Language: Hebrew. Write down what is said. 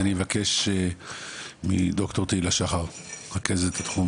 אז אני מבקש מד"ר תהילה שחר, רכזת התחום